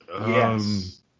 Yes